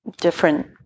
different